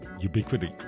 ubiquity